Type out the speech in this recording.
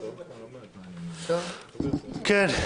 חברים,